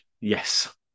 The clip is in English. yes